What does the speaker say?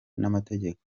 n’amategeko